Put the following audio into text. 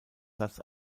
satz